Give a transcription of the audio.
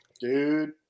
Dude